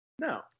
No